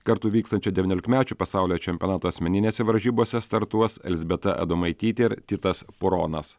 kartu vykstančio devyniolikmečių pasaulio čempionato asmeninėse varžybose startuos elzbieta adomaitytė ir titas puronas